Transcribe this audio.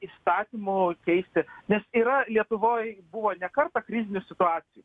įstatymu keisti nes yra lietuvoj buvo ne kartą krizinių situacijų